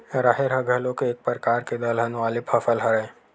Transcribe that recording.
राहेर ह घलोक एक परकार के दलहन वाले फसल हरय